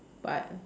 but